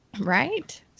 Right